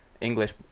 English